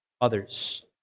others